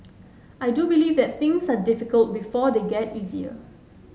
I do believe that things are difficult before they get easier